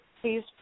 please